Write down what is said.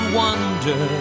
wonder